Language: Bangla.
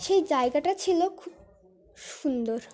সেই জায়গাটা ছিলো খুব সুন্দর